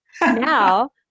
now